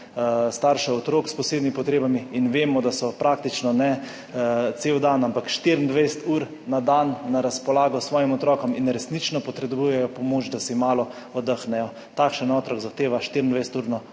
staršev otrok s posebnimi potrebami in vemo, da so praktično ne cel dan, ampak 24 ur na dan na razpolago svojim otrokom in resnično potrebujejo pomoč, da si malo oddahnejo. Takšen otrok zahteva 24-urno